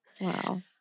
Wow